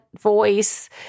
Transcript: voice